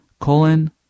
Colon